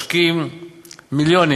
משקיעים מיליונים